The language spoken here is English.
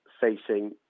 facing